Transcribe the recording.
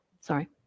Sorry